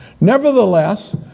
Nevertheless